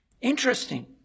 interesting